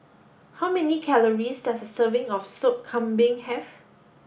how many calories does a serving of Sop Kambing have